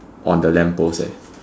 on the lamppost eh